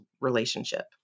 relationship